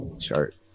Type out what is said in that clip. chart